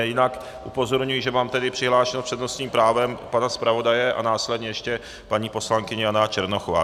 Jinak upozorňuji, že mám tady přihlášeného s přednostním právem pana zpravodaje a následně ještě paní poslankyně Jana Černochová.